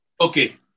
Okay